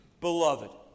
Beloved